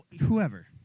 whoever